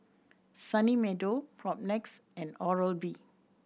Sunny Meadow Propnex and Oral B